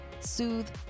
soothe